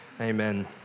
amen